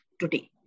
today